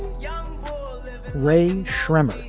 yeah ray schrempp,